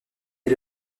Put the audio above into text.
est